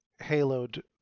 haloed